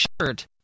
shirt